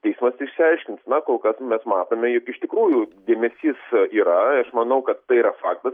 teismas išsiaiškins na kol kas mes matome jog iš tikrųjų dėmesys yra aš manau kad tai yra faktas